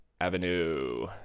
Avenue